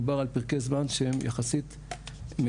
מדובר על פרקי זמן שהם יחסית מהירים.